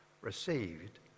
received